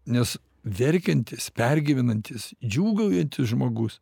nes verkiantis pergyvenantis džiūgaujantis žmogus